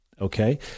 Okay